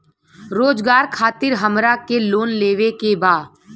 रोजगार खातीर हमरा के लोन लेवे के बा?